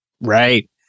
Right